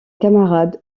camarades